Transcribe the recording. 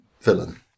villain